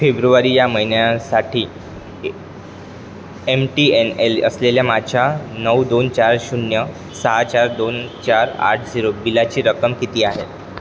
February या महिन्यासाठी A M T N L असलेल्या माझ्या नऊ दोन चार शून्य सहा चार दोन चार आठ झिरो बिलाची रक्कम किती आहे